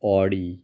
Audi